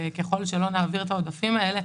ככל שלא נעביר את העודפים האלה,